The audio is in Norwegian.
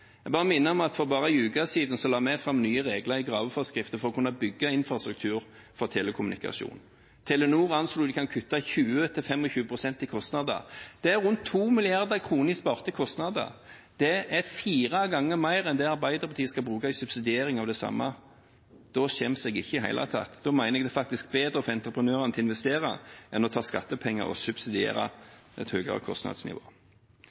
Jeg bare minner om at for bare en uke siden la vi fram nye regler i graveforskriftene for å kunne bygge infrastruktur for telekommunikasjon. Telenor anslo at de kan kutte 20–25 pst. i kostnader. Det er rundt 2 mrd. kr i sparte kostnader. Det er fire ganger mer enn det Arbeiderpartiet skal bruke til subsidiering av det samme. Da skjemmes jeg ikke i det hele tatt. Jeg mener at det faktisk er bedre å få entreprenørene til å investere enn å ta skattepenger og subsidiere et høyere kostnadsnivå.